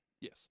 Yes